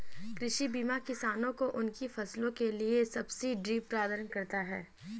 कृषि बीमा किसानों को उनकी फसलों के लिए सब्सिडी प्रदान करता है